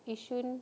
yishun